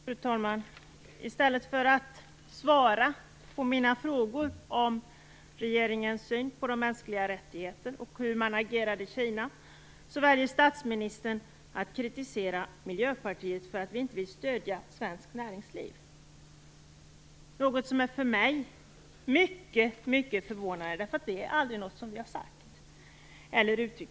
Fru talman! I stället för att svara på mina frågor om regeringens syn på de mänskliga rättigheterna och på hur man agerar i Kina, väljer statsministern att kritisera Miljöpartiet för att inte stödja svenskt näringsliv. Det är för mig mycket förvånande, för det är inget som vi någonsin har sagt.